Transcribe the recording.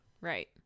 right